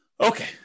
Okay